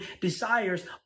desires